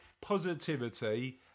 positivity